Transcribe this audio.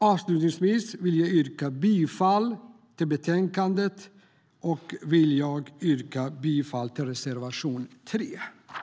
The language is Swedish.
Avslutningsvis vill jag yrka bifall till förslaget i betänkandet med undantag för att jag vill yrka bifall till reservation 3.